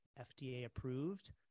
FDA-approved